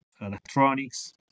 electronics